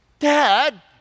Dad